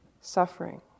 suffering